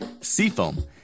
Seafoam